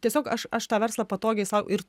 tiesiog aš aš tą verslą patogiai sau ir